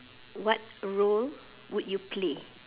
what role would you play